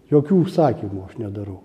jokių užsakymų aš nedarau